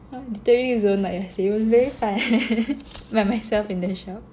literally like zoned out eh it was very funny by myself in the shop